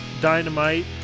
dynamite